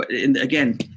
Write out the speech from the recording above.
again